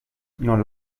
non